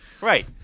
Right